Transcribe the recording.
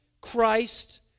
Christ